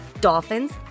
dolphins